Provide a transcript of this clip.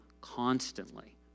constantly